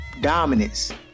dominance